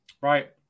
Right